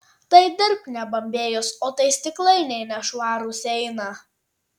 tai dirbk nebambėjus o tai stiklainiai nešvarūs eina